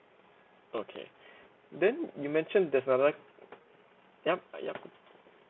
okay then you mention there's another yup yup